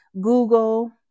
Google